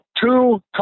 two